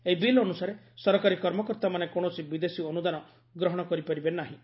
ଏହି ବିଲ୍ ଅନୁସାରେ ସରକାରୀ କର୍ମକର୍ତ୍ତାମାନେ କୌଣସି ବିଦେଶୀ ଅନୁଦାନ ଗ୍ରହଣ କରିପାରିବେ ନାହିଁ